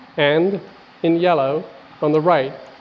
and in yellow on the right,